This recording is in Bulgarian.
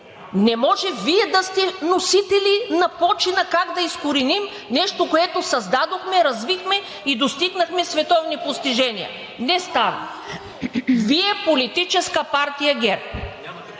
Не може Вие да сте носители на почина как да изкореним нещо, което създадохме, развихме и достигнахме световни постижения. Не става! (Реплики.) Вие, Политическа партия ГЕРБ.